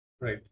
Right